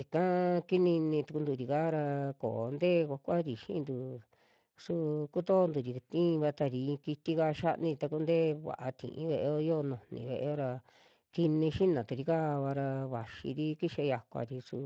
Ika kinini tukuntu rikaa ra koo ntee kuakuari xiintu, su kutoonturi tivatari i'in kitika xini taku nte'e vaa ti'i ve'eo, yo'o nujuni ve'eo ra kini xinaturi kaava ra vaxi kixa yakuari su